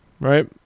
right